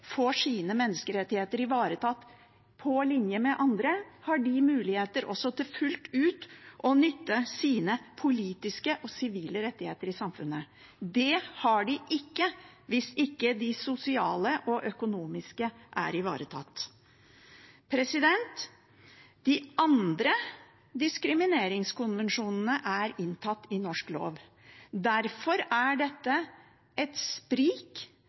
får sine menneskerettigheter ivaretatt på linje med andre, har de også muligheter til fullt ut å nytte sine politiske og sivile rettigheter i samfunnet. Det har de ikke hvis ikke det sosiale og økonomiske er ivaretatt. De andre diskrimineringskonvensjonene er inntatt i norsk lov. Derfor er dette et sprik